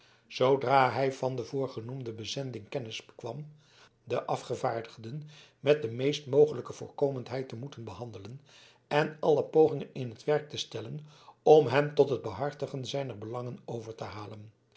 zoodra hij van de voorgenomene bezending kennis bekwam de afgevaardigden met de meest mogelijke voorkomendheid te moeten behandelen en alle pogingen in t werk te stellen om hen tot het behartigen zijner belangen over te halen